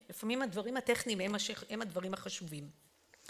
לפעמים הדברים הטכניים הם הדברים החשובים